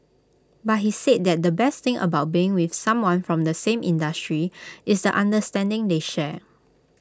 but he said that the best thing about being with someone from the same industry is the understanding they share